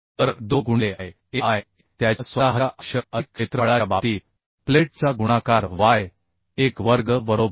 तर 2 गुणिले Ia Iaत्याच्या स्वतःच्या अक्ष अधिक क्षेत्रफळाच्या बाबतीत प्लेटचा गुणाकार y 1 वर्ग बरोबर